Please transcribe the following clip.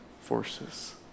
forces